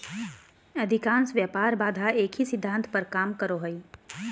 अधिकांश व्यापार बाधा एक ही सिद्धांत पर काम करो हइ